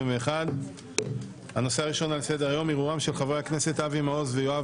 2021. נפתח בנושא הראשון: ערעורם של חברי הכנסת אבי מעוז ויואב